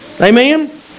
Amen